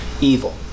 evil